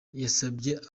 yasabye